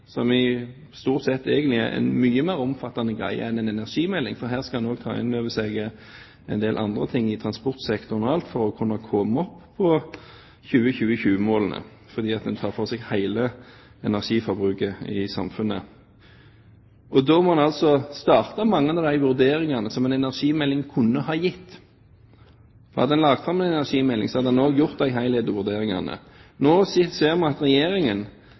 stort sett egentlig er mye mer omfattende enn en energimelding, for her skal en også ta inn over seg en del andre ting i transportsektoren o.a. for å kunne nå 2020-målene – en tar for seg hele energiforbruket i samfunnet. Derfor må en altså starte mange av de vurderingene som en energimelding kunne ha gitt. Hadde Regjeringen lagt fram en energimelding, hadde en der gjort de helhetlige vurderingene. Nå ser en at Regjeringen